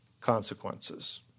consequences